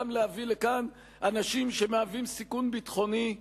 גם להביא לכאן אנשים שמהווים סיכון ביטחוני,